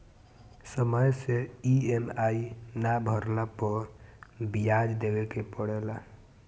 समय से इ.एम.आई ना भरला पअ बियाज देवे के पड़ेला